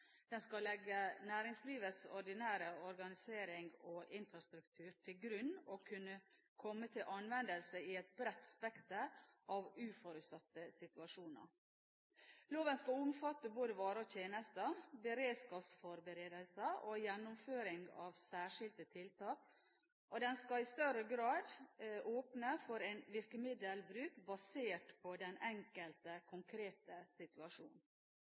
skal legge næringslivets ordinære organisering og infrastruktur til grunn og kunne komme til anvendelse i et bredt spekter av uforutsette situasjoner skal omfatte både varer og tjenester, beredskapsforberedelser og gjennomføring av særskilte tiltak og i større grad åpne for en virkemiddelbruk basert på den enkelte konkrete